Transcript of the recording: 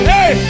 Hey